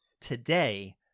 today